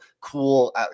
cool